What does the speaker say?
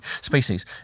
species